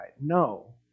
No